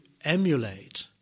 emulate